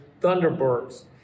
Thunderbirds